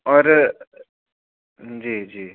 और जी जी